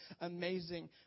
amazing